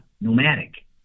Nomadic